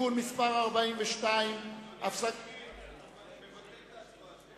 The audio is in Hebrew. (תיקון מס' 42). מבטל את ההצבעה השמית.